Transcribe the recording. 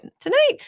tonight